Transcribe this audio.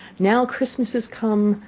now christmas is come,